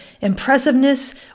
impressiveness